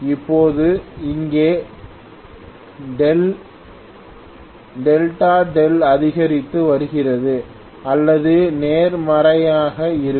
இப்போது இங்கே Δ δ அதிகரித்து வருகிறது அல்லது நேர்மறையாக இருக்கும்